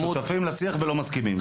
שותפים לשיח ולא מסכימים.